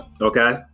Okay